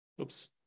Oops